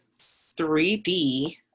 3D